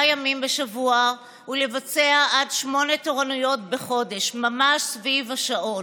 ימים בשבוע ולבצע עד שמונה תורנויות בחודש ממש סביב השעון: